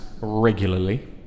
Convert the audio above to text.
regularly